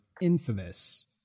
infamous